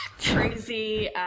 crazy